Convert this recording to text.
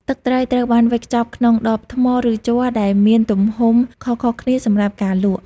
ទឹកត្រីត្រូវបានវេចខ្ចប់ក្នុង ដបថ្ម ឬជ័រដែលមានទំហំខុសៗគ្នាសម្រាប់ការលក់។